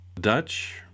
Dutch